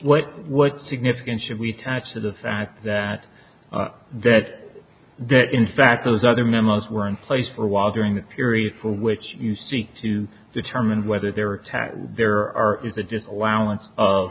what what significance should we tied to the fact that that that in fact those other memos were in place for a while during the period from which you seek to determine whether there were attacks there are